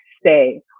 Stay